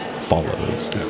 follows